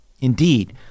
Indeed